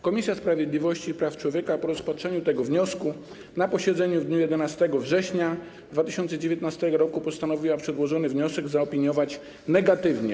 Komisja Sprawiedliwości i Praw Człowieka po rozpatrzeniu tego wniosku na posiedzeniu w dniu 11 września 2019 r. postanowiła przedłożony wniosek zaopiniować negatywnie.